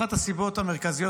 אחת הסיבות המרכזיות,